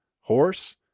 horse